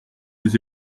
les